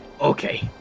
okay